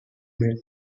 built